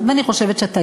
וזה רק התחלה.